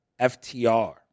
FTR